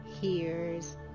hears